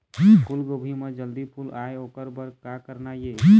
फूलगोभी म जल्दी फूल आय ओकर बर का करना ये?